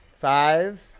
Five